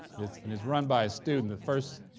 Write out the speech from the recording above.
it's and it's run by a student, the first